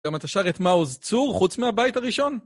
גם אתה שר את מעוז צור חוץ מהבית הראשון?